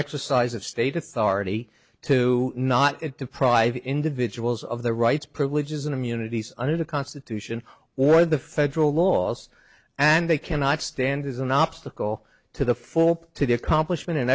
exercise of state authority to not it deprive individuals of their rights privileges and immunities under the constitution or the federal laws and they cannot stand is an obstacle to the full to the accomplishment and